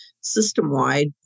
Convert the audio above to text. system-wide